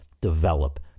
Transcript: develop